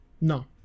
No